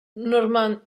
normand